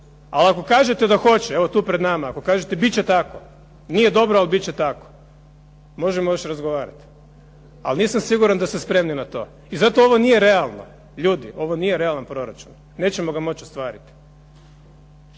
ali ako kažete da hoće, da kažete tu pred nama, ako kažete nije dobro ali biti će tako, možemo još razgovarati, ali nisam siguran da ste spremni na to. I zato ljudi ovo nije realan proračun, nećemo ga moći ostvariti.